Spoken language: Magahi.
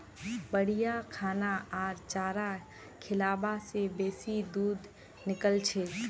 बढ़िया खाना आर चारा खिलाबा से बेसी दूध निकलछेक